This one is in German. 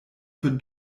für